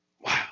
wow